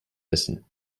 essen